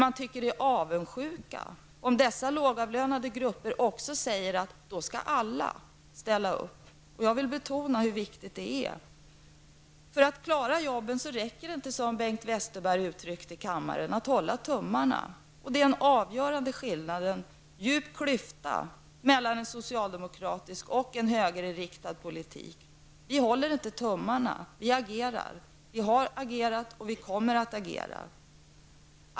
Man tycker att det är avundsjuka om dessa lågavlönade grupper då säger att alla skall ställa upp. Jag vill betona hur viktigt det är att alla ställer upp. För att klara jobben räcker det inte, som Bengt Westerberg uttryckte det i kammaren, att hålla tummarna. Det är en djup klyfta mellan en socialdemokratisk och en högerinriktad politik. Vi håller inte tummarna, vi agerar, vi har agerat och vi kommer att agera.